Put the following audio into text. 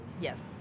Yes